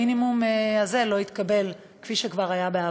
המינימום הזה לא יתקבל, כפי שכבר היה בעבר.